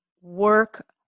work